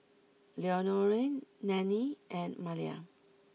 Leonore Nannie and Malia